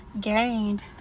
gained